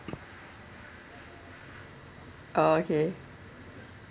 orh okay